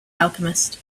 alchemist